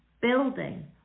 building